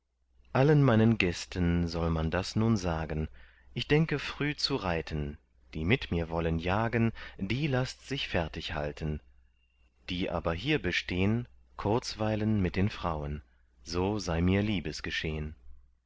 allen meinen gästen soll man das nun sagen ich denke früh zu reiten die mit mir wollen jagen die laßt sich fertig halten die aber hier bestehn kurzweilen mit den frauen so sei mir